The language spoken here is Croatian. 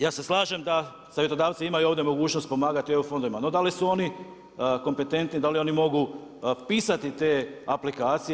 Ja se slažem da savjetodavci imaju ovdje mogućnost pomagati EU fondovima, no da li su oni kompetentni, da li oni mogu pisati te aplikacije?